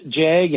JAG